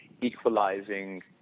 equalizing